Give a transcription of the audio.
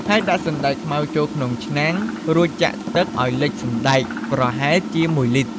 ហើយដាក់សណ្ដែកខ្មៅចូលក្នុងឆ្នាំង រួចចាក់ទឹកឱ្យលិចសណ្ដែក ប្រហែលជា ១ លីត្រ។